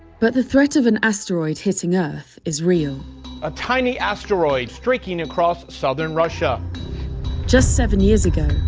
but the threat of an asteroid hitting earth is real a tiny asteroid streaking across southern russia just seven years ago,